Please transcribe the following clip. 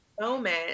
moment